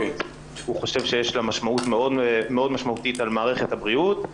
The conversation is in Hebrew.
הוא חושב שיש לה משמעות מאוד משמעותית על מערכת הבריאות.